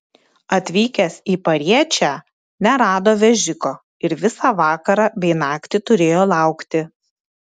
atvykęs į pariečę nerado vežiko ir visą vakarą bei naktį turėjo laukti